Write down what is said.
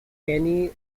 kenny